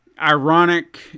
ironic